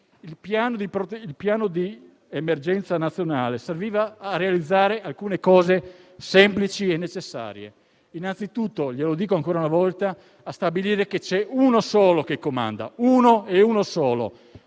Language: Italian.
Il piano di emergenza nazionale serviva a realizzare alcune cose semplici e necessarie. Innanzitutto - glielo dico ancora una volta - a stabilire che c'è uno solo che comanda; uno e uno soltanto;